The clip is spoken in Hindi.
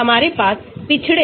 तो हमारे पास OH है